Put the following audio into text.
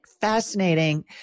fascinating